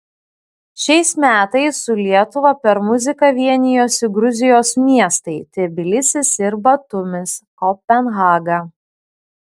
šiais metais su lietuva per muziką vienijosi gruzijos miestai tbilisis ir batumis kopenhaga